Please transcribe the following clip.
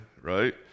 right